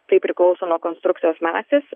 tai priklauso nuo konstrukcijos masės